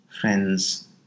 friends